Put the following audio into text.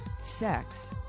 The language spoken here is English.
sex